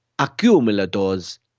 Accumulators